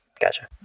Gotcha